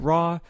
Raw